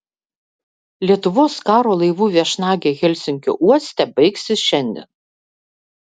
lietuvos karo laivų viešnagė helsinkio uoste baigsis šiandien